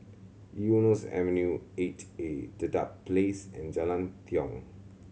Eunos Avenue Eight A Dedap Place and Jalan Tiong